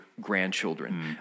grandchildren